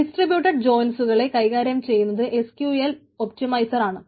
distributed ജോയിൻസുകളെ കൈകാര്യം ചെയ്യുന്നത് SQL ഒപ്റ്റിമൈസർ ആണ്